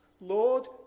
Lord